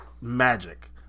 magic